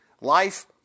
life